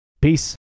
Peace